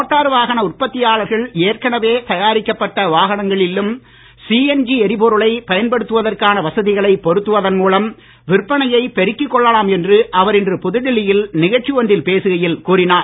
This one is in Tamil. மோட்டார் வாகன உற்பத்தியாளர்கள் ஏற்கனவே தயாரிக்கப்பட்ட வாகனங்களிலும் சிஎன்ஜி எரிபொருளை பயன்படுத்துவதற்கான வசதிகளை பொருத்தவதன் மூலம் விற்பனையை பெருக்கிக் கொள்ளலாம் என்று அவர் தின்று புதுடெல்லியில் நிகழ்ச்சி ஒன்றில் பேசுகையில் கூறினார்